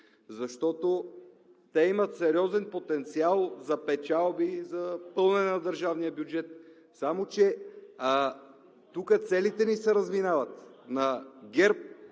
защото те имат сериозен потенциал за печалби и за пълнене на държавния бюджет. Само че тук целите ни се разминават. На ГЕРБ